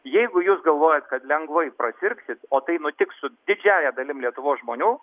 jeigu jūs galvojat kad lengvai prasirgsit o tai nutiks su didžiąja dalim lietuvos žmonių